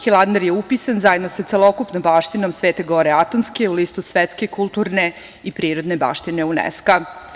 Hilandar je upisan zajedno sa celokupnom baštinom Svete Gore Atonske u listu Svetske kulturne i prirodne baštine UNESKO.